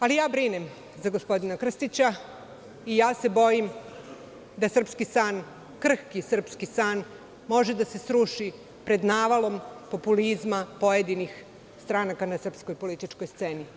Ali, ja brinem za gospodina Krstića i bojim se da srpski san, krhki srpski san može da se sruši pred navalom populizma pojedinih stranaka na srpskoj političkoj sceni.